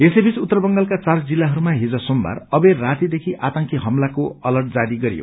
यसैबीच उत्तर बंगालका चार जिल्लाहरूमा हिज सोमबार राति आतंकी हमलाको अर्लट जारी गरियो